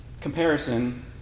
comparison